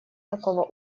такого